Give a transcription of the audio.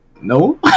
No